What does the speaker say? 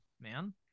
man